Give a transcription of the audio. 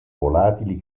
volatili